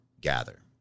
gather